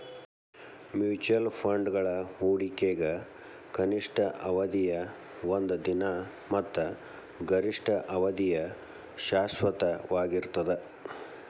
mutual ಫಂಡ್ಗಳ ಹೂಡಿಕೆಗ ಕನಿಷ್ಠ ಅವಧಿಯ ಒಂದ ದಿನ ಮತ್ತ ಗರಿಷ್ಠ ಅವಧಿಯ ಶಾಶ್ವತವಾಗಿರ್ತದ